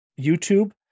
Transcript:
YouTube